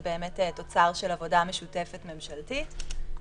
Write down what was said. זה תוצר של עבודה ממשלתית משותפת.